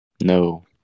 No